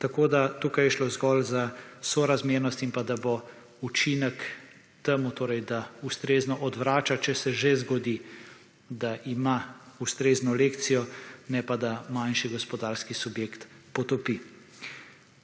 Tako da tukaj je šlo zgolj za sorazmernost in pa da bo učinek temu, torej da ustrezno odvrača, če se že zgodi, da ima ustrezno lekcijo, ne pa da manjši gospodarski subjekt potopi.